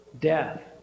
death